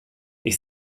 ich